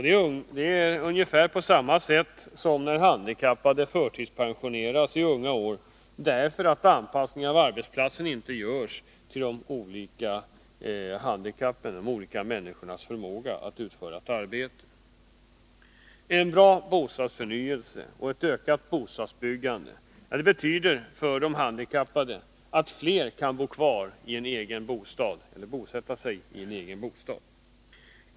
Det är ungefär på samma sätt som när handikappade förtidspensioneras i unga år därför att anpassningen av arbetsplatserna inte görs för olika slag av handikapp och de olika människornas förmåga att utföra ett arbete. En bra bostadsförnyelse och ett ökat bostadsbyggande betyder för de handikappade att fler kan skaffa sig eller bo kvar i en egen bostad.